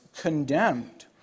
condemned